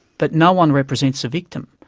but no-one represents the victim.